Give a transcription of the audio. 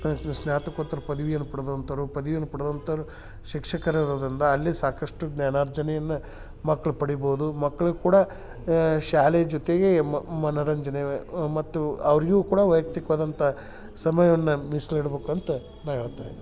ಸ್ನಾತಕೋತ್ತರ ಪದ್ವಿಯನ್ನ ಪಡೆದಂಥವ್ರು ಪದವಿಯನ್ನು ಪಡೆದಂಥವ್ರು ಶಿಕ್ಷಕರು ಇರೋದರಿಂದ ಅಲ್ಲೇ ಸಾಕಷ್ಟು ಜ್ಞಾನಾರ್ಜನೆಯನ್ನ ಮಕ್ಕಳು ಪಡಿಬೋದು ಮಕ್ಕಳು ಕೂಡ ಶಾಲೆಯ ಜೊತೆಗೆ ಮನೋರಂಜನೆ ಮತ್ತು ಅವರಿಗು ಕೂಡ ವೈಯಕ್ತಿಕವಾದಂಥ ಸಮಯವನ್ನ ಮೀಸಲು ಇಡಬೇಕು ಅಂತ ನಾ ಹೇಳ್ತಾ ಇದ್ದೇನೆ